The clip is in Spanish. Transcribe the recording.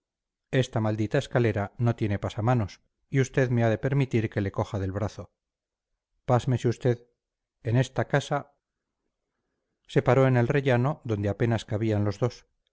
esta maldita escalera no tiene pasamanos y usted me ha de permitir que le coja del brazo pásmese usted en esta casa se paró en el rellano donde apenas cabían los dos